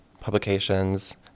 publications